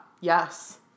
Yes